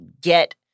get